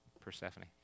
Persephone